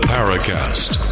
Paracast